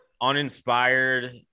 uninspired